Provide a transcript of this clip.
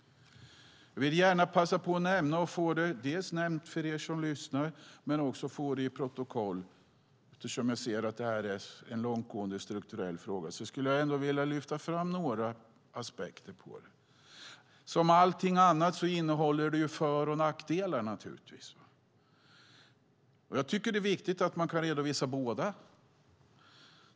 Eftersom jag ser att detta är en långtgående strukturell fråga vill jag både för åhörarna och för protokollet lyfta fram några aspekter på det. Som allt annat innehåller det givetvis för och nackdelar, och det är viktigt att man kan redovisa båda.